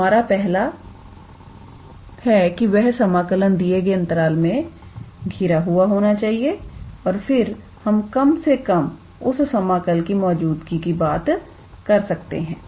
तो हमारा पहला मापदंड है कि वह समाकलन दिए गए अंतराल में सीमाबद्ध होना चाहिए और फिर हम कम से कम उस समाकल की मौजूदगी की बात कर सकते हैं